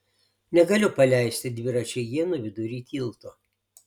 negaliu paleisti dviračio ienų vidury tilto